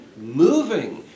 moving